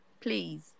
Please